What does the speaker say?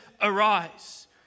arise